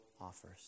offers